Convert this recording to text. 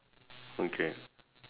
okay